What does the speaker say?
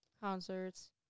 Concerts